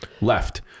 Left